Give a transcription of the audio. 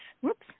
whoops